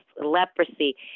leprosy